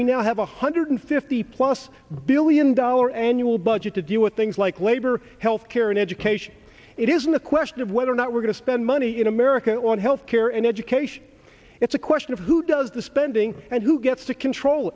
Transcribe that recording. we now have one hundred fifty plus billion dollar annual budget to deal with things like labor health care and education it isn't the question of whether or not we're going to spend money in america on health care and education it's a question of who does the spending and who gets to